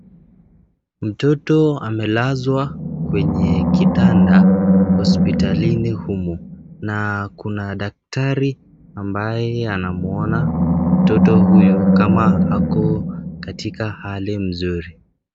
Mtoto amelazwa kwenye kitanda hospitalini. Na kuna daktari ambayo anamuona mtoto huyu kama ako katika hali nzuri.